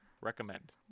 Recommend